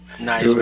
Nice